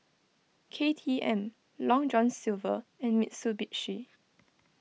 K T M Long John Silver and Mitsubishi